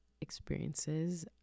experiences